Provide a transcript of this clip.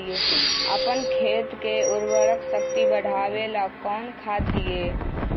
अपन खेत के उर्वरक शक्ति बढावेला कौन खाद दीये?